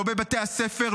לא בבתי הספר,